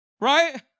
Right